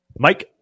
Mike